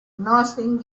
nothing